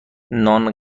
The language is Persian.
نان